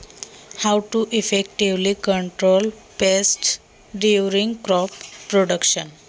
पीक उत्पादनादरम्यान कीटकांचे प्रभावीपणे नियंत्रण कसे करता येईल?